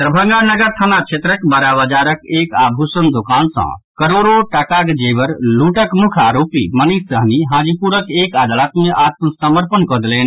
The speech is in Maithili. दरभंगा नगर थाना क्षेत्रक बड़ा बजारक एक आभूषण दोकान सँ करोड़ो टाकाक जेवर लूटक मुख्य आरोपी मनीष सहनी हाजीपुरक एक अदालत मे आत्मसमर्पण कऽ देलनि